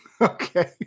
Okay